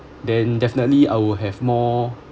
then definitely I would have more